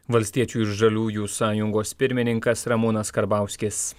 valstiečių ir žaliųjų sąjungos pirmininkas ramūnas karbauskis